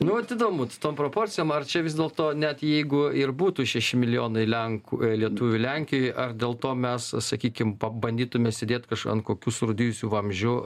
nu vat įdomu tom proporcijom ar čia vis dėlto net jeigu ir būtų šeši milijonai lenkų lietuvių lenkijoj ar dėl to mes sakykim pabandytume sėdėt ant kokių surūdijusių vamzdžių